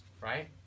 right